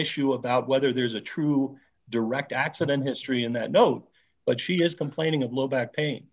issue about whether there's a true direct accident history in that note but she is complaining of low back pain